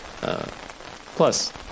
Plus